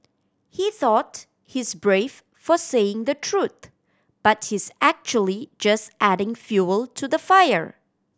he thought he's brave for saying the truth but he's actually just adding fuel to the fire